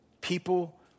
people